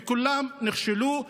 וכולם נכשלו.